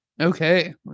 Okay